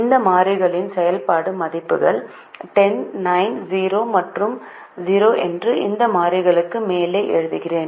இந்த மாறிகளின் செயல்பாடு மதிப்புகளை 10 9 0 மற்றும் 0 என்று இந்த மாறிகளுக்கு மேலே எழுதுகிறேன்